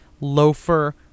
loafer